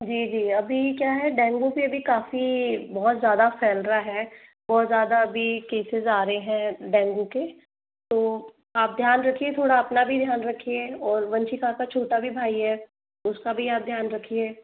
जी जी अभी क्या है डेंगु भी काफ़ी बहुत ज़्यादा फैल रहा है बहुत ज़्यादा अभी केसेस आ रहे हैं डेगु के तो आप ध्यान रखिए थोड़ा अपना भी ध्यान रखिए और वंशिका का छोटा भी भाई है उसका भी आप ध्यान रखिए